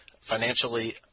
financially